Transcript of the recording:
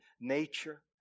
nature